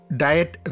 diet